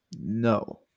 no